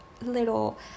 little